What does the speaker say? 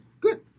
Good